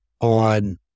on